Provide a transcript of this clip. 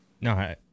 No